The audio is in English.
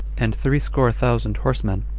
and threescore thousand horsemen,